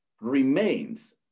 remains